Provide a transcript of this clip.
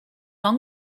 long